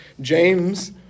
James